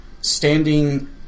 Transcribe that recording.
standing